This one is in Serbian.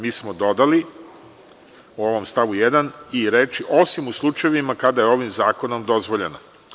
Mi smo dodali ovom stavu 1. i reči: „osim u slučajevima kada je ovim zakonom dozvoljeno“